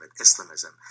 Islamism